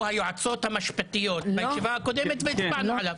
היועצות המשפטיות בישיבה הקודמת והצבענו עליו?